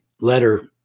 letter